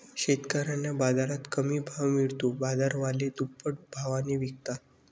शेतकऱ्यांना बाजारात कमी भाव मिळतो, बाजारवाले दुप्पट भावाने विकतात